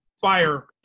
fire